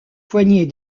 poignée